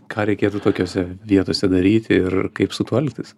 ką reikėtų tokiose vietose daryti ir kaip su tuo elgtis